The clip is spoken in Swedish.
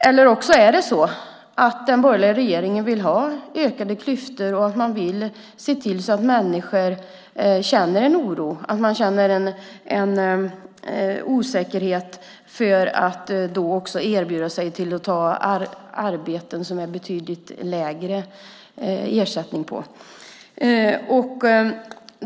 Eller också är det så att den borgerliga regeringen vill ha ökade klyftor och vill se till så att människor känner en oro och en osäkerhet inför att erbjuda sig att ta arbeten som det är betydligt lägre ersättning för.